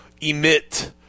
emit